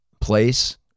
place